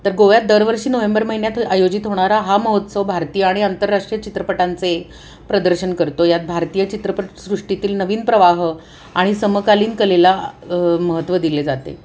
तर गोव्यात दरवर्षी नोहेंबर महिन्यात आयोजित होणारा हा महोत्सव भारतीय आणि अंतरराष्ट्रीय चित्रपटांचे प्रदर्शन करतो यात भारतीय चित्रपटसृष्टीतील नवीन प्रवाह आणि समकालीन कलेला महत्त्व दिले जाते